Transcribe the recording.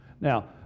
Now